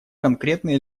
конкретный